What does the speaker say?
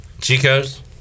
Chico's